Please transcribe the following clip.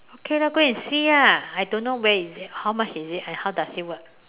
okay lah go and see ah I don't know where is it how much is it and how does it work